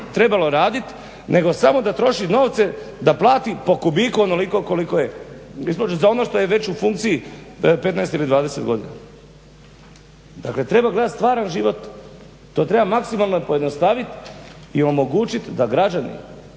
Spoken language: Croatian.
trebalo radit nego samo da troši novce da plati po kubiku onoliko koliko je, …/Govornik se ne razumije./… za ono što je već u funkciji 15 ili 20 godina. Dakle, treba gledat stvaran život. To treba maksimalno pojednostavit i omogućit da građani,